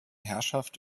herrschaft